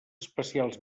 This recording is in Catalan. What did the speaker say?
especials